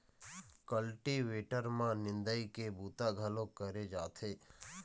cultivator म निंदई के बूता घलोक करे जाथे